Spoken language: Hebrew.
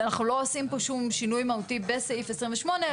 אנחנו לא עושים פה שום שינוי מהותי בסעיף 28,